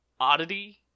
oddity